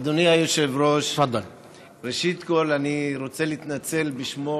אדוני היושב-ראש, ראשית, אני רוצה להתנצל בשמו